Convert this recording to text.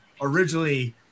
originally